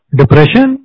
depression